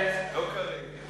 לא כרגע.